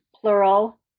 plural